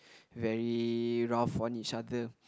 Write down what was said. very rough on each other